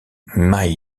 mai